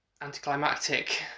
anticlimactic